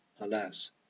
alas